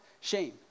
shame